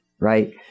Right